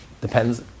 Depends